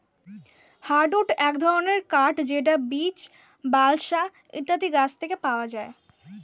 hardwood এক ধরনের কাঠ যেটা বীচ, বালসা ইত্যাদি গাছ থেকে পাওয়া যায়